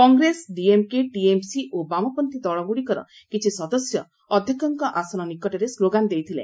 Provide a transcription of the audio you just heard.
କଂଗ୍ରେସ ଡିଏମ୍କେ ଟିଏମ୍ସି ଓ ବାମପନ୍ଥୀ ଦଳଗୁଡ଼ିକର କିଛି ସଦସ୍ୟ ଅଧ୍ୟକ୍କ ଆସନ ନିକଟରେ ସ୍ଲୋଗାନ ଦେଇଥିଲେ